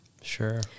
Sure